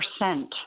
percent